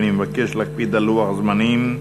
ואני מבקש להקפיד על לוח הזמנים.